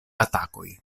atakoj